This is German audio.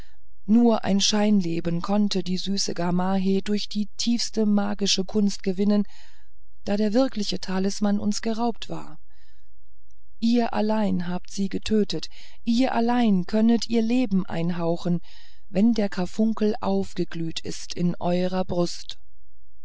nur ein scheinleben konnte die süße gamaheh durch die tiefste magische kunst gewinnen da der wirkende talisman uns geraubt war ihr allein habt sie getötet ihr allein könnet ihr leben einhauchen wenn der karfunkel aufgeglüht ist in eurer brust